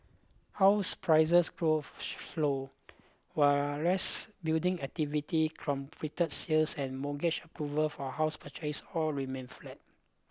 house prices growth slowed while rest building activity completed sales and mortgage approvals for house purchase all remained flat